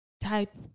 type